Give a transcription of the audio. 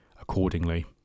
accordingly